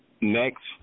Next